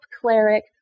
cleric